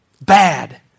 Bad